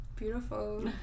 Beautiful